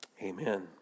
Amen